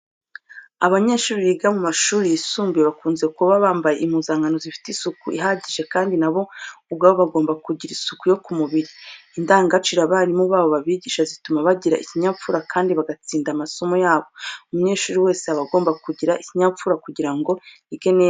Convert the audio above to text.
Abanyeshuri biga mu mashuri yisumbuye bakunze kuba bambaye impuzankano zifite isuku ihagije kandi na bo ubwabo bagomba kugira isuku yo ku mubiri. Indangagaciro abarimu babo babigisha zituma bagira ikinyabupfura kandi bagatsinda amasomo yabo. Umunyeshuri wese aba agomba kugira ikinyabupfura kugira ngo yige neza.